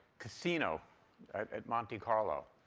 casino at monte carlo,